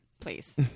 please